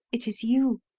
it is you!